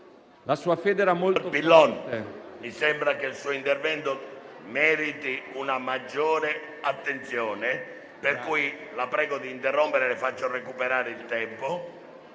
«La sua fede era molto forte,